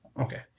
Okay